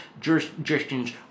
jurisdictions